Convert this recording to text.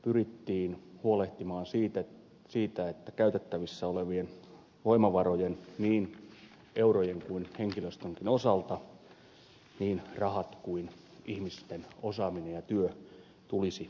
pyrittiin huolehtimaan siitä että käytettävissä olevat voimavarat niin eurojen kuin henkilöstönkin osalta niin rahat kuin ihmisten osaaminen ja työ tulisivat riittämään